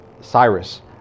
Cyrus